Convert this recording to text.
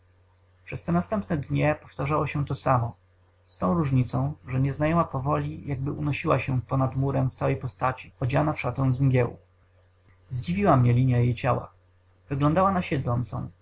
przez te następne dnie powtarzało się to samo z tą różnicą że nieznajoma powoli jakby unosiła się ponad murem w całej postaci odziana w szatę z mgieł zdziwiła mnie linia jej ciała wyglądała na siedzącą